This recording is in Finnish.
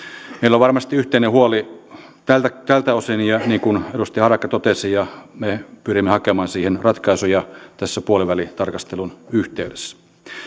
meillä on varmasti yhteinen huoli tältä tältä osin niin kuin edustaja harakka totesi ja me pyrimme hakemaan siihen ratkaisuja puolivälitarkastelun yhteydessä